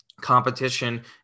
competition